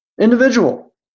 individual